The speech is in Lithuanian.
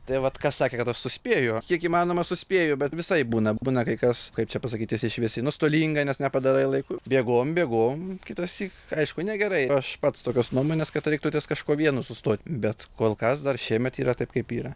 tai vat kas sakė kad aš suspėju kiek įmanoma suspėju bet visaip būna būna kai kas kaip čia pasakyt tiesiai šviesiai nuostolinga nes nepadarai laiku bėgom bėgom kitąsyk aišku negerai aš pats tokios nuomonės kad reiktų ties kažkuo vienu sustot bet kol kas dar šiemet yra taip kaip yra